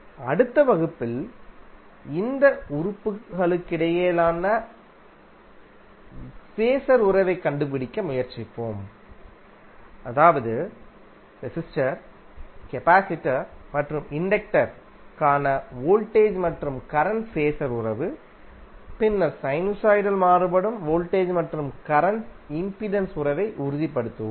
அடுத்த வகுப்பில் இந்த உறுப்புகளுக்கிடையேயான பேஸர் உறவைக் கண்டுபிடிக்க முயற்சிப்போம் அதாவது ரெசிஸ்டர் கபாசிடர் மற்றும் இண்டக்டர் கான வோல்டேஜ் மற்றும் கரண்ட் பேஸர் உறவு பின்னர் சைனுசாய்டல் மாறுபடும் வோல்டேஜ் மற்றும் கரண்ட் இம்பிடன்ஸ் உறவை உறுதிப்படுத்துவோம்